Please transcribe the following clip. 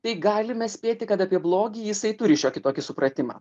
tai galime spėti kad apie blogį jisai turi šiokį tokį supratimą